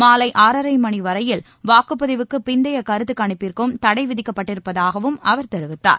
மாலை ஆறரை மணி வரையில் வாக்குப்பதிவுக்கு பிந்தைய கருத்துக்கணிப்பிற்கு தடை விதிக்கப்பட்டிருப்பதாகவும் அவர் தெரிவித்தார்